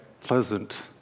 pleasant